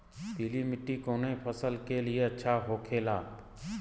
पीला मिट्टी कोने फसल के लिए अच्छा होखे ला?